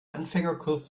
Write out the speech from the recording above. anfängerkurs